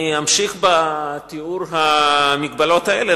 אני אמשיך בתיאור המגבלות האלה,